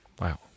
Wow